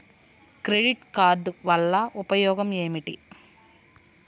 Credit card వల్ల ఉపయోగం ఏమిటీ?